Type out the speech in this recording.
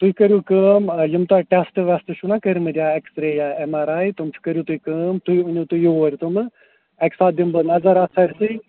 تُہۍ کٔرِو کٲم یِم تۄہہِ ٹٮ۪سٹ وٮ۪سٹہٕ چھُو نا کٔرۍمٕتۍ یا اٮ۪کٕس رے یا اٮ۪م آر آی تِم چھِ کٔرِو تُہۍ کٲم تُہۍ أنِو تُہۍ یور تِمہٕ اَکہِ ساتہٕ دِم بہٕ نظر اَتھ سٲرسی